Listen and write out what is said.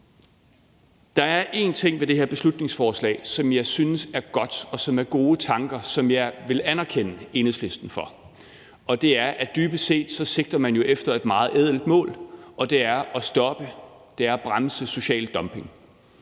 Der er én ting ved det her beslutningsforslag, som jeg synes er godt, og som er gode tanker, som jeg vil anerkende Enhedslisten for. Det er, at man jo dybest set sigter efter et meget ædelt mål, som er at stoppe og bremse social dumping.